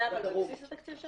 זה בבסיס התקציב?